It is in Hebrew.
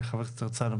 חבר הכנסת הרצנו,